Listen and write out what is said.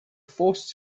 forced